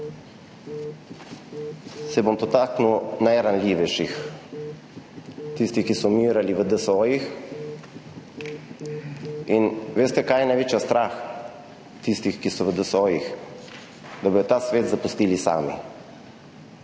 se bom najranljivejših, tistih, ki so umirali v DSO-jih. Veste, kaj je največji strah tistih, ki so v DSO-jih? Da bodo ta svet zapustili sami.